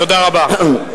תודה רבה.